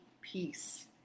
peace